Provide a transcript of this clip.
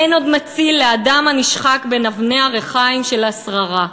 אין עוד מציל לאדם הנשחק בין אבני הריחיים של השררה".